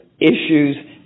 issues